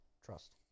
Trust